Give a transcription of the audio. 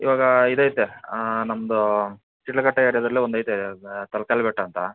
ಇವಾಗ ಇದೈತೆ ನಮ್ದು ಶಿಡ್ಲಘಟ್ಟ ಏರಿಯಾದಲ್ಲೇ ಒಂದೈತೆ ತಳಕಲ್ ಬೆಟ್ಟ ಅಂತ